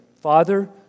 Father